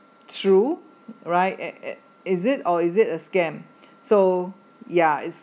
true right it it is it or is it a scam so ya it's